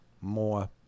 more